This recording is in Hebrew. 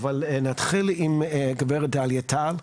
אבל נתחיל עם גב' דליה טל,